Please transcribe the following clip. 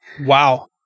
Wow